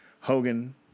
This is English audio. Hogan